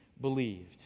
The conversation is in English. believed